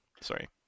sorry